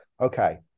okay